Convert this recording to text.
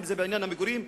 אם בעניין המגורים.